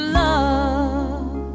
love